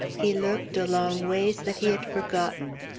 he looked along ways that he had forgotten.